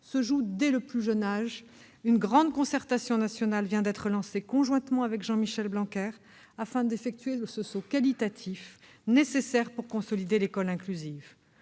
se joue dès le plus jeune âge, une grande concertation nationale vient d'être lancée, conjointement avec Jean-Michel Blanquer, afin d'effectuer le saut qualitatif nécessaire pour consolider l'école inclusive.